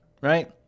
right